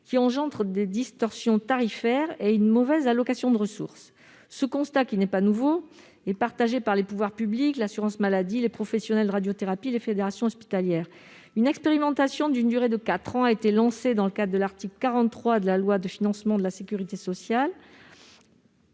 qui engendre des distorsions tarifaires et une mauvaise allocation des ressources. Ce constat, qui n'est pas nouveau, est dressé à la fois par les pouvoirs publics, l'assurance maladie, les professionnels de radiothérapie et les fédérations hospitalières. Une expérimentation d'une durée de quatre ans a été lancée en vertu de l'article 43 de la loi de financement de la sécurité sociale